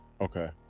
okay